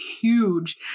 huge